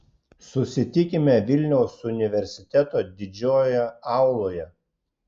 susitikime vilniaus universiteto didžiojoje auloje